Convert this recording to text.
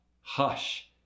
Hush